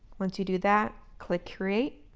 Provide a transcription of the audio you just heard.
once you do that, click create.